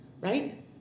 right